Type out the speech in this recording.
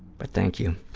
but thank you,